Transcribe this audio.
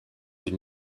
une